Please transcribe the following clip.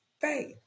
faith